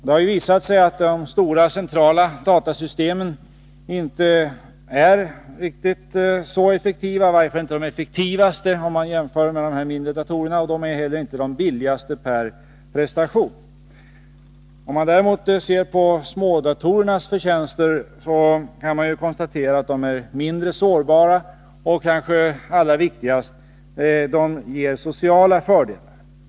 Det har visat sig att de stora centrala datasystemen inte är riktigt så effektiva, i varje fall inte de effektivaste, om man jämför med de här mindre datorerna, och inte heller är de billigast per prestation. Om man däremot ser på smådatorernas förtjänster kan man konstatera att de är mindre sårbara och, vilket kanske är allra viktigast, ger sociala fördelar.